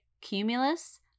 Cumulus